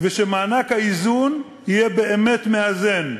ושמענק האיזון יהיה באמת מאזן,